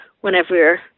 whenever